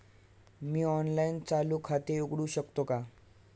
मी online चालू खाते उघडू शकते का?